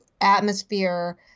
atmosphere